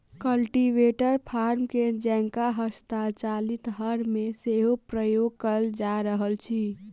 cultivator फार के जेंका हस्तचालित हर मे सेहो प्रयोग कयल जा रहल अछि